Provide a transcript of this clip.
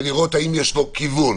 זה לראות האם יש לו כיוון,